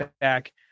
back